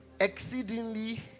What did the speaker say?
Exceedingly